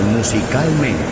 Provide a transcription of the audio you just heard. Musicalmente